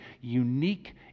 unique